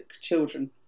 children